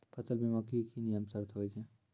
फसल बीमा के की नियम सर्त होय छै?